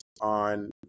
on